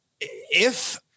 If-